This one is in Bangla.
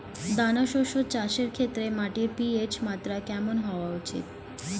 দানা শস্য চাষের ক্ষেত্রে মাটির পি.এইচ মাত্রা কেমন হওয়া উচিৎ?